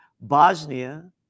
Bosnia